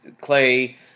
Clay